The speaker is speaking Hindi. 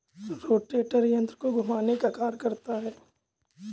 रोटेटर यन्त्र को घुमाने का कार्य करता है